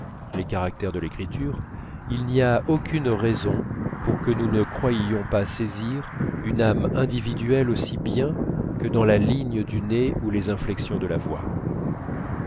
les caractères de l'écriture il n'y a aucune raison pour que nous ne croyions pas saisir une âme individuelle aussi bien que dans la ligne du nez ou les inflexions de la voix